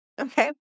okay